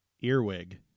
Earwig